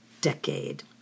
decade